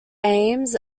aims